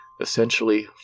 essentially